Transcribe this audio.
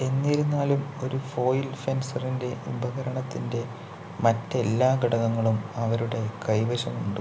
എന്നിരുന്നാലും ഒരു ഫോയിൽ ഫെൻസറിൻ്റെ ഉപകരണത്തിൻ്റെ മറ്റെല്ലാ ഘടകങ്ങളും അവരുടെ കൈവശമുണ്ട്